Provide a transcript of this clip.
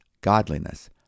godliness